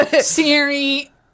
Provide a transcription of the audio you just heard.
Siri